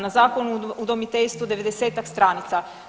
Na Zakon o udomiteljstvu 90-tak stranica.